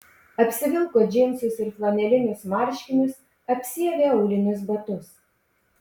apsivilko džinsus ir flanelinius marškinius apsiavė aulinius batus